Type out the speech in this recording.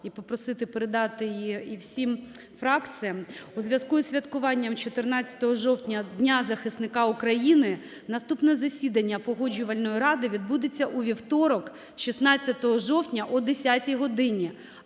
і попросити передати її всім фракціям. У зв'язку із святкуванням 14 жовтня Дня захисника України наступне засідання Погоджувальної ради відбудеться у вівторок 16 жовтня о 10 годині,